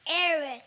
Eric